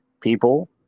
People